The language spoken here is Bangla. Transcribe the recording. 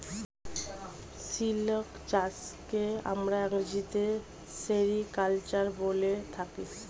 সিল্ক চাষকে আমরা ইংরেজিতে সেরিকালচার বলে থাকি